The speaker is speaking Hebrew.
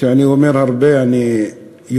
כשאני אומר הרבה, אני יודע,